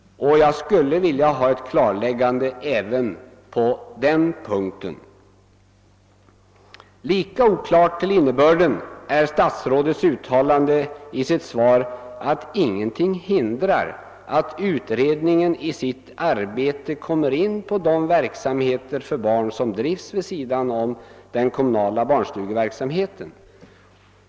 Jag skulle vilja ha ett klarläggande även på den punkten. Lika oklart till innebörden är statsrådets uttalande i sitt svar att ingenting hindrar att utredningen i sitt arbete kommer in på den verksamhet för barn som bedrivs vid sidan om den kommunala barnstugeverksamheten.